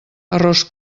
arròs